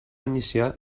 iniciar